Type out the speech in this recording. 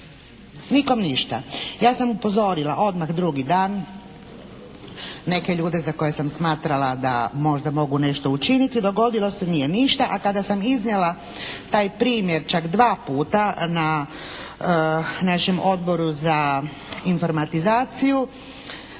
Nikome ništa. Ja sam upozorila odmah drugi dan neke ljude za koje sam smatrala da možda mogu nešto učiniti. Dogodilo se nije ništa, a kada sam iznijela taj primjer čak dva puta na našem Odboru za informatizaciju